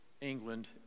England